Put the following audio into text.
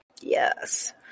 Yes